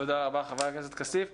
תודה רבה, חבר הכנסת כסיף.